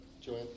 Joanne